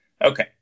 Okay